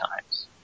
times